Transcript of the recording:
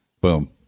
Boom